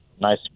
nice